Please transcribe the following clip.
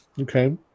Okay